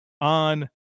on